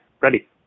ready